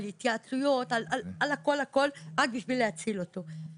על התייעצויות, על הכול, רק כדי להציל אותו.